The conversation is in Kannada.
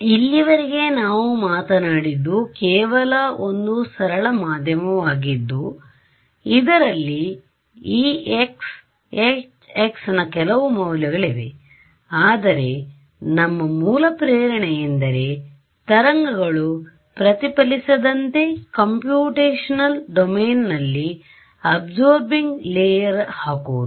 ಆದ್ದರಿಂದ ಇಲ್ಲಿಯವರೆಗೆ ನಾವು ಮಾತನಾಡಿದ್ದು ಕೇವಲ ಒಂದು ಸರಳ ಮಾಧ್ಯಮವಾಗಿದ್ದು ಇದರಲ್ಲಿ ex hx ನ ಕೆಲವು ಮೌಲ್ಯಗಳಿವೆ ಆದರೆ ನಮ್ಮ ಮೂಲ ಪ್ರೇರಣೆಯೆಂದರೆ ತರಂಗಗಳು ಪ್ರತಿಫಲಿಸದಂತೆ ಕಂಪ್ಯೂಟೇಶನಲ್ ಡೊಮೇನ್ನಲ್ಲಿ ಅಬ್ಸೋರ್ಬಿಂಗ್ ಲೆಯರ್ ಹಾಕುವುದು